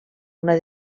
una